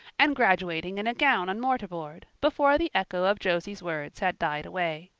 and graduating in a gown and mortar board, before the echo of josie's words had died away.